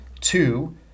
Two